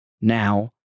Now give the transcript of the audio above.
now